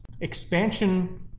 expansion